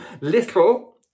little